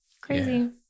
crazy